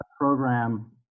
program